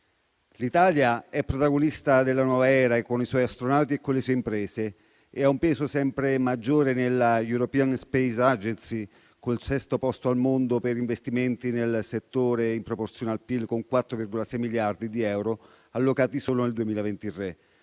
L'Italia è protagonista della nuova era con i suoi astronauti e con le sue imprese e ha un peso sempre maggiore nell'European Space Agency, con il sesto posto al mondo per investimenti nel settore in proporzione al PIL con 4,6 miliardi di euro allocati solo nel 2023,